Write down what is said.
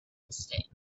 mistake